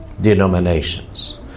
denominations